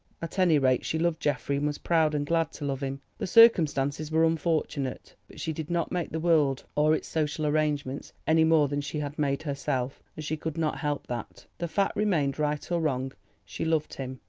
at any rate, she loved geoffrey and was proud and glad to love him. the circumstances were unfortunate, but she did not make the world or its social arrangements any more than she had made herself, and she could not help that. the fact remained, right or wrong she loved him,